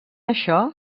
això